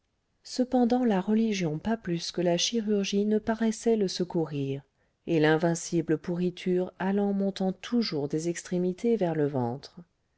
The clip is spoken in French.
cependant la religion pas plus que la chirurgie ne paraissait le secourir et l'invincible pourriture allait montant toujours des extrémités vers le ventre